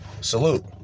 salute